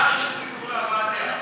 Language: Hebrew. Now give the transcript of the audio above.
רגע,